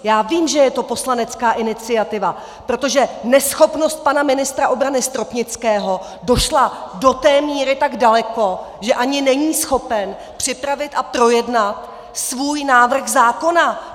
Já vím, že je to poslanecká iniciativa, protože neschopnost pana ministra obrany Stropnického došla do té míry tak daleko, že ani není schopen připravit a projednat svůj návrh zákona.